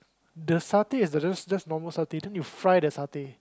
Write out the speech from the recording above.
the satay is just just normal satay then you fry the satay